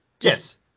Yes